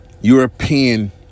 European